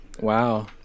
wow